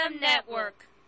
network